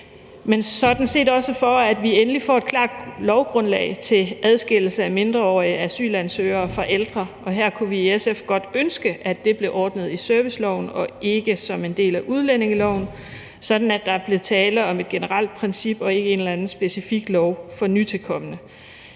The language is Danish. men sådan set også for, at vi endelig får et klart lovgrundlag til adskillelse af mindreårige asylansøgere fra ældre. Her kunne vi i SF godt ønske, at det blev ordnet i serviceloven og ikke som en del af udlændingeloven, sådan at der bliver tale om et generelt princip og ikke en eller anden specifik lov for nytilkomne.